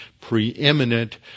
preeminent